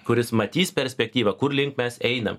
kuris matys perspektyvą kur link mes einam